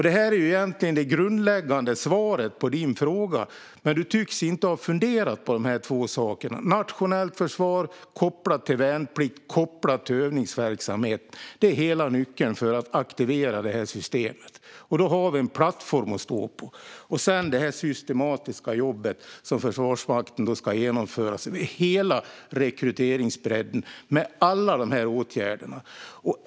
Detta är egentligen det grundläggande svaret på din fråga, Jörgen Berglund, men du tycks inte ha funderat på de här två sakerna - nationellt försvar kopplat till värnplikt, kopplat till övningsverksamhet. Det är hela nyckeln för att aktivera det här systemet, och då har vi en plattform att stå på. Sedan har vi alltså det systematiska jobb som Försvarsmakten ska genomföra över hela rekryteringsbredden, med alla de här åtgärderna.